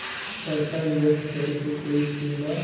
पैसा इंवेस्ट करे के कोई स्कीम बा?